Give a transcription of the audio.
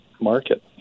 market